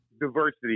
diversity